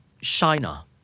China